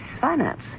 finance